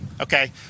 Okay